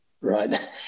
right